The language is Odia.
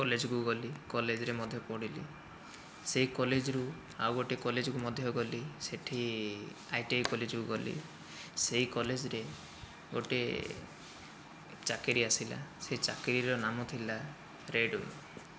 କଲେଜକୁ ଗଲି କଲେଜରେ ମଧ୍ୟ ପଢ଼ିଲି ସେହି କଲେଜରୁ ଆଉ ଗୋଟିଏ କଲେଜକୁ ମଧ୍ୟ ଗଲି ସେଇଠି ଆଇଟିଆଇ କଲେଜକୁ ଗଲି ସେହି କଲେଜରେ ଗୋଟିଏ ଚାକିରୀ ଆସିଲା ସେହି ଚାକିରୀର ନାମ ଥିଲା ଟ୍ରେଡ଼ୱିନ୍